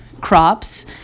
crops